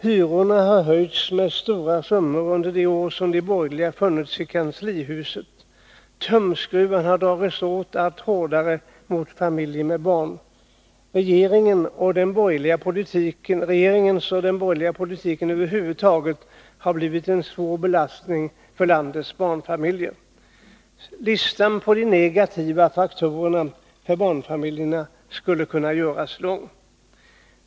Hyrorna har höjts med stora summor under de år som de borgerliga funnits i kanslihuset. Tumskruvarna har dragits åt allt hårdare när det gäller familjer med barn. Regeringen och den borgerliga politiken över huvud taget har blivit en svår belastning för landets barnfamiljer. Listan på de negativa faktorerna för barnfamiljerna skulle kunna göras lång.